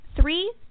three